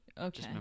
okay